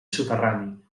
soterrani